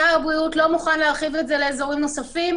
שר הבריאות לא מוכן להרחיב את זה לאזורים נוספים,